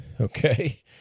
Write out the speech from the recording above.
okay